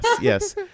yes